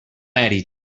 mèrits